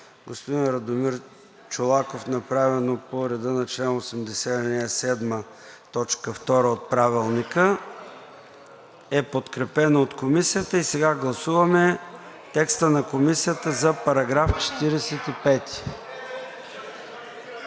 господин Радомир Чолаков, направено по реда на чл. 80, ал. 7, т. 2 от Правилника, е подкрепено от Комисията. Сега гласуваме текста на Комисията за § 45.